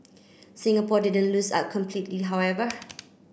Singapore didn't lose a completely however